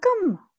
come